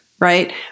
Right